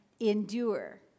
endure